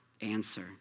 answer